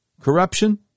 corruption